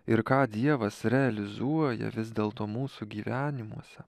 ir ką dievas realizuoja vis dėlto mūsų gyvenimuose